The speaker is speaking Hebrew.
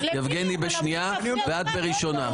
יבגני בשנייה ואת בראשונה.